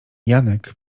janek